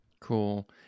cool